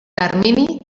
termini